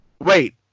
Wait